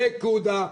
נקודה.